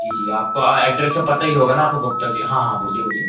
जी जी आपको एड्रेस तो पता ही होगा ना आपको गुप्ता जी हाँ हाँ बोलिए बोलिए